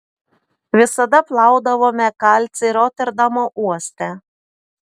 visada plaudavome kalcį roterdamo uoste